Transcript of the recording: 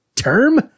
Term